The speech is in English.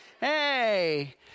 Hey